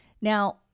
Now